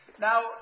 Now